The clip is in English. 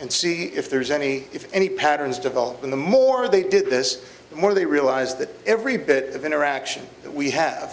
and see if there's any if any patterns develop in the more they did this the more they realize that every bit of interaction that we have